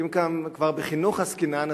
אם כבר בחינוך עסקינן,